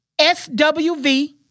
SWV